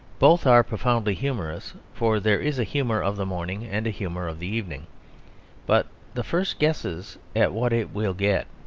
both are profoundly humorous, for there is a humour of the morning and a humour of the evening but the first guesses at what it will get,